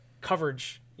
coverage